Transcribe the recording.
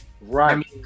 Right